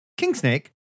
Kingsnake